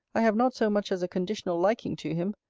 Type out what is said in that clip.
i have not so much as a conditional liking to him.